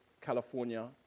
California